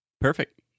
Perfect